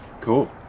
cool